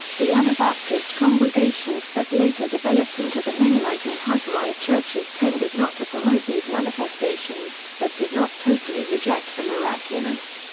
the anabaptist congregations that later developed into the mennonite and hutterite churches tended not to promote these manifestations, but did not totally reject the miraculous.